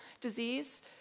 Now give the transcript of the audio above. disease